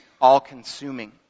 all-consuming